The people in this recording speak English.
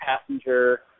Passenger